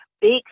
big